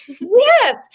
yes